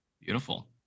Beautiful